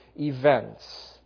events